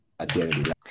identity